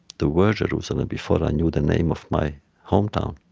the word jerusalem, before i knew the name of my hometown.